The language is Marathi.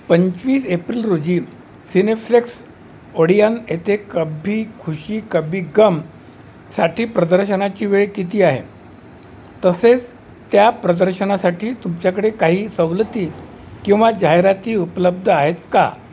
पंचवीस एप्रिल रोजी सिनेफ्लेक्स ओडियन येथे कभी खुशी कभी गम साठी प्रदर्शनाची वेळ किती आहे तसेच त्या प्रदर्शनासाठी तुमच्याकडे काही सवलती किंवा जाहिराती उपलब्ध आहेत का